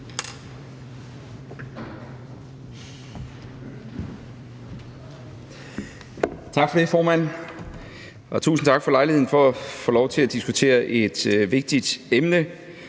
Tak for det, formand. Og tusind tak for lejligheden til at få lov til at diskutere et vigtigt emne.